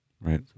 Right